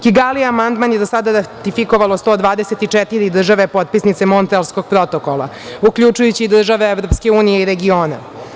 Kigali amandman je do sada ratifikovalo 124 države potpisnice Montrealskog protokola, uključujući i države Evropske unije i regiona.